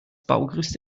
baugerüst